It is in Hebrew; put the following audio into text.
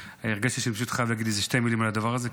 הרגשתי שאני פשוט חייב להגיד שתי מילים על הדבר הזה,